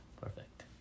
Perfect